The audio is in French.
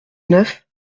neuf